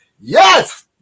Yes